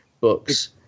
books